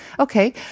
Okay